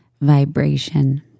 vibration